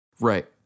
Right